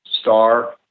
star